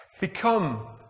Become